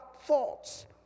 thoughts